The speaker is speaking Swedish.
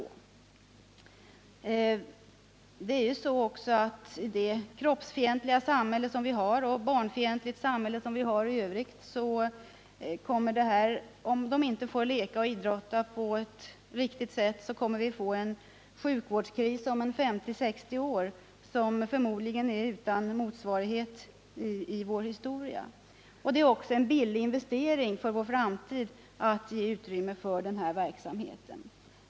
Om barnen inte får leka och idrotta på ett riktigt sätt kommer vi — med det kroppsfientliga samhälle och det barnfientliga samhälle vi har — att få en sjukvårdskris om 50-60 år, som förmodligen är utan motsvarighet i vår historia. Det är alltså en billig investering för vår framtid att ge utrymme för den här verksamheten.